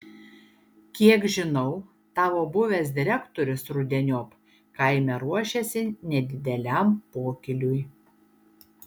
kiek žinau tavo buvęs direktorius rudeniop kaime ruošiasi nedideliam pokyliui